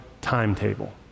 timetable